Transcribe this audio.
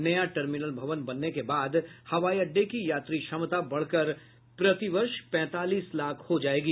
नया टर्मिनल भवन बनने के बाद हवाई अड्डे की यात्री क्षमता बढ़कर प्रतिवर्ष पैंतालीस लाख हो जायेगी